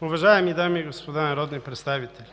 Уважаеми дами и господа народни представители,